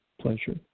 pleasure